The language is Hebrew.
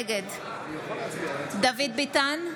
נגד דוד ביטן,